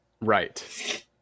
Right